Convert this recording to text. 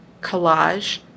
collage